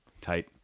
Tight